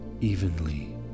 evenly